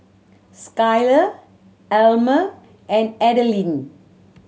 Skyler Almer and Adalynn